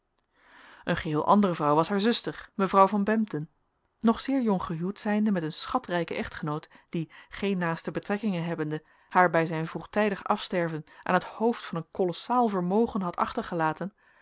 een geheel andere vrouw was haar zuster mevrouw van bempden nog zeer jong gehuwd zijnde met een schatrijken echtgenoot die geen naaste betrekkingen hehbende haar hij zijn vroegtijdig afsterven aan het hoofd van een kolossaal vermogen had achtergelaten